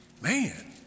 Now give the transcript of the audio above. man